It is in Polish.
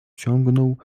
ciągnął